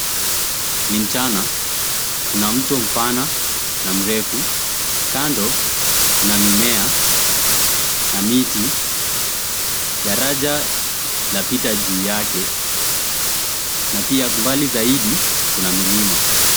Ni mchana, kuna mto mpana na mrefu kando kuna mimea na miti. Daraja lapita juu yake na pia mbali zaidi kuna milima.